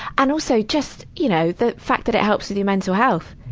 and also, just, you know, the fact that it helps with your mental health.